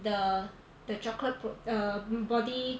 the the chocolate pro~ err body